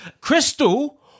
Crystal